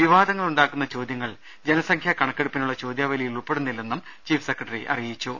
വിവാദമുണ്ടാക്കുന്ന ചോദ്യങ്ങൾ ജന സംഖ്യാ കണക്കെടുപ്പിനുള്ള ചോദ്യാവലിയിൽ ഉൾപ്പെടുന്നില്ലെന്നും ചീഫ് സെക്രട്ടറി അറിയിച്ചു